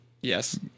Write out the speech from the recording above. Yes